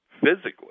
physically